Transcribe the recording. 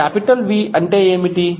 అప్పుడు capital V అంటే ఏమిటి